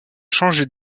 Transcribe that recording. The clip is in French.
changer